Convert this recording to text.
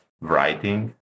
writing